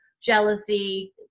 jealousy